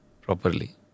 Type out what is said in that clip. properly